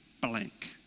blank